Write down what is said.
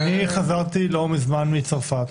אני חזרתי לא מזמן מצרפת.